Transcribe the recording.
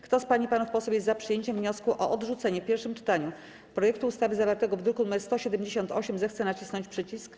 Kto z pań i panów posłów jest za przyjęciem wniosku o odrzucenie w pierwszym czytaniu projektu ustawy zawartego w druku nr 178, zechce nacisnąć przycisk.